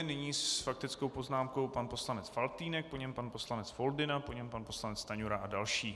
Nyní s faktickou poznámkou pan poslanec Faltýnek, po něm pan poslanec Foldyna, po něm pan poslanec Stanjura a další.